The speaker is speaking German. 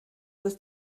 dass